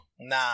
Nah